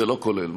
זה לא כולל.